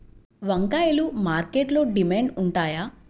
వంకాయలు మార్కెట్లో డిమాండ్ ఉంటాయా?